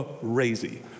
crazy